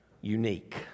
unique